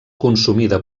consumida